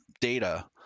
data